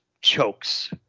chokes